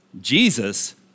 Jesus